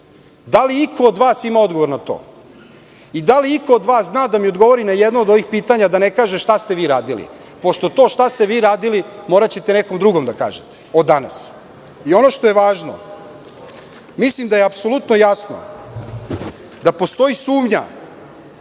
Da li iko od vas ima odgovor na to i da li iko od vas zna da mi odgovori na jedno od ovih pitanja, a da ne kaže – šta ste vi radili, pošto to – šta ste vi radili, moraćete nekom drugom da kažete, od danas. Ono što je važno, mislim da je apsolutno jasno da postoji sumnja